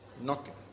Knocking